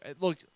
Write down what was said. Look